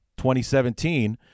2017